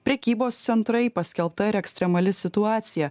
prekybos centrai paskelbta ir ekstremali situacija